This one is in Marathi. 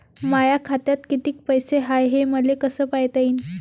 माया खात्यात कितीक पैसे हाय, हे मले कस पायता येईन?